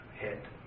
head